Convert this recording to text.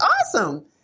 awesome